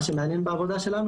מה שמעניין בעבודה שלנו,